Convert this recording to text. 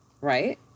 right